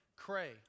Cray